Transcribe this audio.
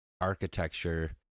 architecture